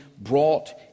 brought